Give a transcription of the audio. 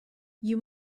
you